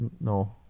No